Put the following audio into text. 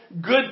good